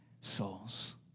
souls